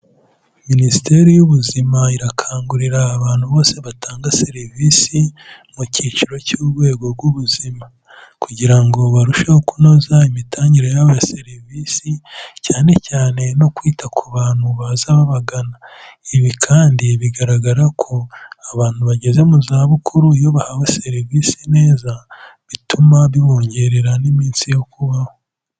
Minisiteri y'Ubuzima irakangurira abantu bose batanga serivisi mu cyiciro cy'urwego rw'ubuzima kugira ngo barusheho kunoza imitangire yabo ya serivisi, cyane cyane no kwita ku bantu baza babagana, ibi kandi bigaragara ko abantu bageze mu zabukuru iyo bahawe serivisi neza bituma bibongerera n'iminsi yo kubaho.